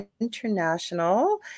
International